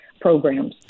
programs